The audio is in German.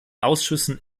ausschüssen